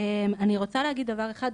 אני רוצה להגיד דבר אחד,